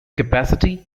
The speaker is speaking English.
capacity